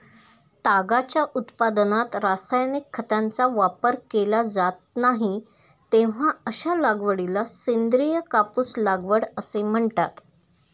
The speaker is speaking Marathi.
तागाच्या उत्पादनात रासायनिक खतांचा वापर केला जात नाही, तेव्हा अशा लागवडीला सेंद्रिय कापूस लागवड असे म्हणतात